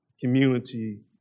community